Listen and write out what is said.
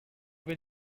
will